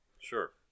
Sure